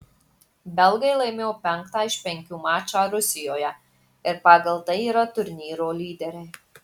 belgai laimėjo penktą iš penkių mačą rusijoje ir pagal tai yra turnyro lyderiai